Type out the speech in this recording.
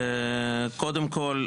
קודם כל,